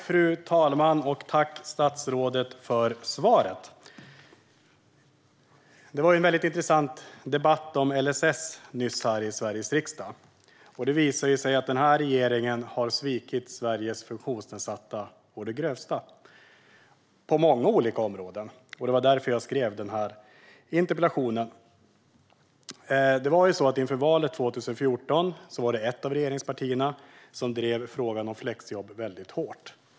Fru talman! Tack, statsrådet, för svaret! Det var nyss en intressant debatt om LSS här i Sveriges riksdag. Det har visat sig att den här regeringen har svikit Sveriges funktionsnedsatta å det grövsta, på många olika områden. Det var därför jag skrev den här interpellationen. Inför valet 2014 drev ett av regeringspartierna frågan om flexjobb hårt.